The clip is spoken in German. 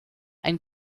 ein